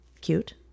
cute